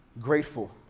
grateful